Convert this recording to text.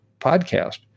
podcast